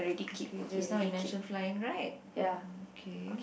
okay just now you mention flying right okay